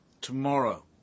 Tomorrow